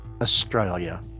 Australia